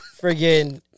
Friggin